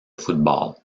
football